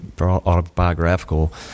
autobiographical